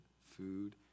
food